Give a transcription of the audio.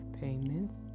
payments